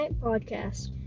podcast